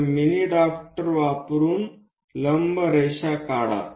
तर mini drafter वापरुन लंब रेषा काढा